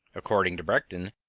according to bredichin,